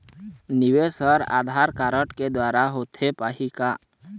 निवेश हर आधार कारड के द्वारा होथे पाही का?